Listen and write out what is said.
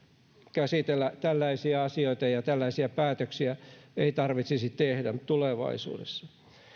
käsitellä tällaisia asioita ja tällaisia päätöksiä ei tarvitsisi tehdä tulevaisuudessa